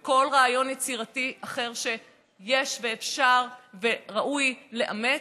כל רעיון יצירתי אחר שיש ואפשר וראוי לאמץ,